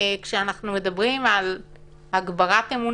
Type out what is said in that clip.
כשאנחנו מדברים על הגברת אמון